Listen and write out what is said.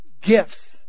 gifts